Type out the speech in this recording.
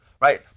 right